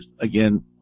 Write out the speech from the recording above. again